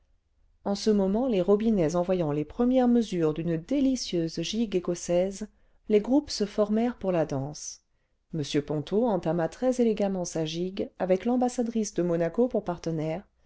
en ce moment les robinets en voyant les premières mesures d'une délicieuse gigue écossaise les groupes se formèrent pour la danse m ponto entama très élégamment sa gigue avec l'ambassadrice de monaco pour partenaire